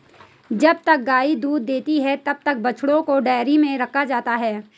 जब तक गाय दूध देती है तब तक बछड़ों को डेयरी में रखा जाता है